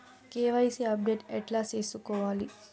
KYC update ఎట్లా సేసుకోవాలి?